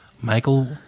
Michael